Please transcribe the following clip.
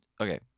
okay